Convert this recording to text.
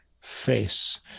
face